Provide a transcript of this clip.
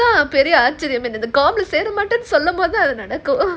பெரிய ஆச்சர்யமென்னனா சொல்லும் போது மட்டும் நடக்கும்:periya acharyamennanaa sollumpothu mattum nadakum